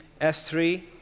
S3